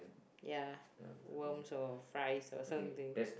ya worms or fries or something